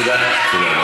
תודה רבה, אדוני.